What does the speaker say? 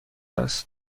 است